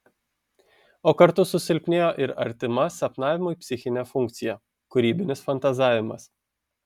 o kartu susilpnėjo ir artima sapnavimui psichinė funkcija kūrybinis fantazavimas